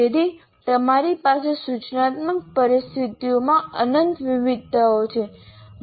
તેથી તમારી પાસે સૂચનાત્મક પરિસ્થિતિઓમાં અનંત વિવિધતાઓ છે